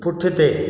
पुठिते